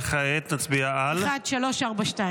כעת נצביע על --- 1342.